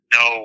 no